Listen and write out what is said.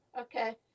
okay